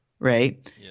Right